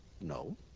No